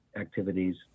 activities